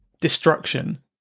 Destruction